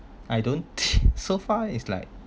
I don't so far is like